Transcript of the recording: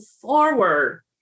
forward